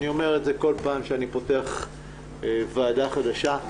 אני אומר את זה כל פעם שאני פותח ועדה חדשה,